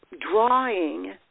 drawing